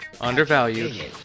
undervalued